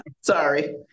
Sorry